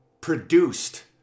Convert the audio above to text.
produced